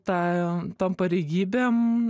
tą tom pareigybėm